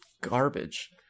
garbage